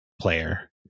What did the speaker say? player